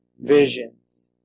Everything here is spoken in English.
visions